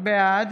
בעד